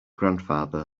grandfather